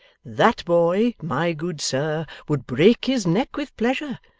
that boy, my good sir, would break his neck with pleasure,